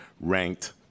ranked